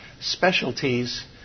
specialties